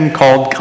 called